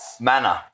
manner